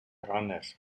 runners